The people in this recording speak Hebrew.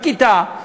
בכיתה,